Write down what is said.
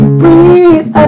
breathe